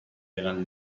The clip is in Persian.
دارن